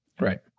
Right